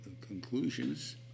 conclusions